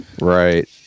Right